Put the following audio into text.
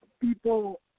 people